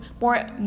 more